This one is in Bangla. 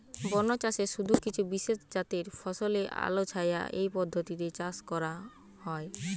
বনচাষে শুধু কিছু বিশেষজাতের ফসলই আলোছায়া এই পদ্ধতিতে চাষ করা হয়